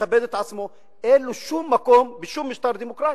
שמכבד את עצמו אין לו שום מקום בשום משטר דמוקרטי,